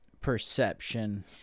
perception